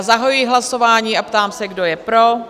Zahajuji hlasování a ptám se, kdo je pro?